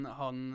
han